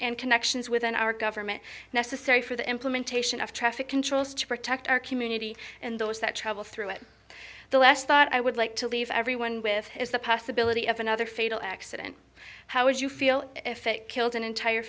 and connections within our government necessary for the implementation of traffic controllers to protect our community and those that travel through it the last thought i would like to leave everyone with is the possibility of another fatal accident how would you feel if it killed an entire